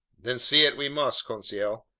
then see it we must, conseil.